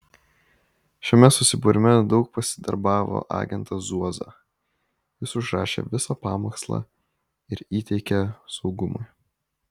šiame susibūrime daug pasidarbavo agentas zuoza jis užrašė visą pamokslą ir įteikė saugumui